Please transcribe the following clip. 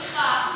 סליחה,